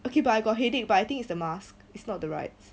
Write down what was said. okay but I got headache but I think is the mask is not the rides